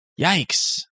Yikes